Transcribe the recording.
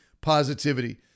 positivity